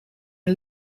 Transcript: een